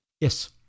Yes